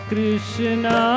Krishna